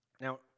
Now